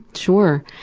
sure.